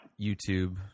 YouTube